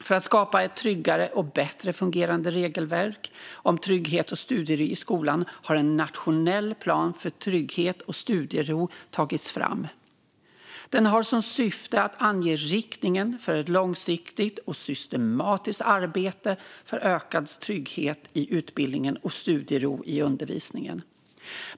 För att skapa ett tydligare och bättre fungerande regelverk för trygghet och studiero i skolan har en nationell plan för trygghet och studiero tagits fram . Den har som syfte att ange riktningen för ett långsiktigt och systematiskt arbete för ökad trygghet i utbildningen och studiero i undervisningen.